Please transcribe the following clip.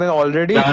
already